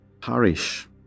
Parish